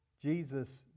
Jesus